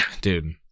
dude